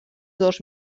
dos